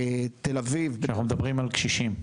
אנחנו מדברים על קשישים.